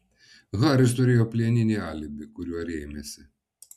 haris turėjo plieninį alibi kuriuo rėmėsi